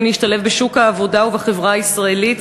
להשתלב בשוק העבודה ובחברה הישראלית,